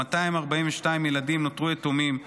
242 ילדים נותרו יתומים,